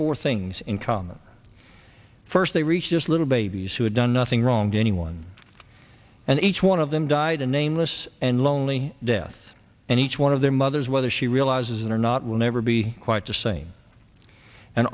four things in common first they reached this little babies who had done nothing wrong to anyone and each one of them died a nameless and lonely death and each one of their mothers whether she realizes it or not will never be quite the same and